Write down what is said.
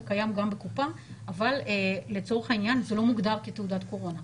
זה קיים גם בקופה אבל לצורך העניין זה לא מוגדר כתעודת קורונה.